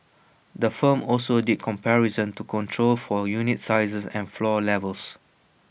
the firm also did comparisons to control for unit sizes and floor levels